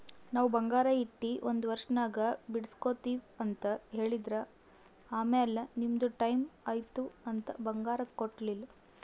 ನಾವ್ ಬಂಗಾರ ಇಟ್ಟಿ ಒಂದ್ ವರ್ಷನಾಗ್ ಬಿಡುಸ್ಗೊತ್ತಿವ್ ಅಂತ್ ಹೇಳಿದ್ರ್ ಆಮ್ಯಾಲ ನಿಮ್ದು ಟೈಮ್ ಐಯ್ತ್ ಅಂತ್ ಬಂಗಾರ ಕೊಟ್ಟೀಲ್ಲ್